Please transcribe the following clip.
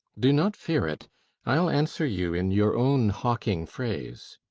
do not fear it i ll answer you in your own hawking phrase.